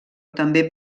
també